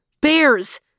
Bears